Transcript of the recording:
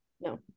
No